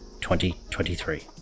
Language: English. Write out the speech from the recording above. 2023